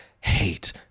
hate